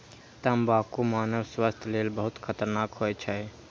तंबाकू मानव स्वास्थ्य लेल बहुत खतरनाक होइ छै